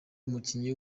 umukinnyi